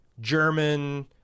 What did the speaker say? German